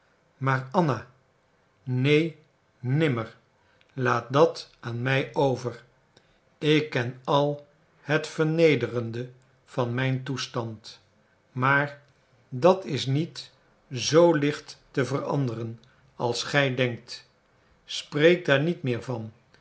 maar anna neen nimmer laat dat aan mij over ik ken al het vernederende van mijn toestand maar dat is niet zoo licht te veranderen als gij denkt spreek daar niet meer van